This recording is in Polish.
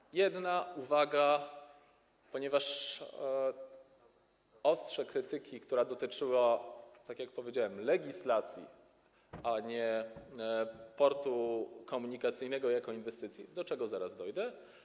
Teraz jedna uwaga, ponieważ ostrze krytyki, która dotyczyła, tak jak powiedziałem, legislacji, a nie portu komunikacyjnego jako inwestycji, do czego zaraz dojdę.